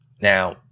Now